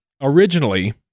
originally